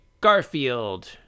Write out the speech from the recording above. Garfield